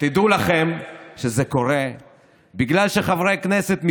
תדעו לכם שזה קורה בגלל שחברי כנסת מש"ס,